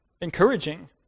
encouraging